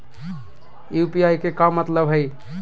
UPI के का मतलब हई?